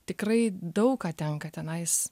tikrai daug ką tenka tenais